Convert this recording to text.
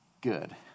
good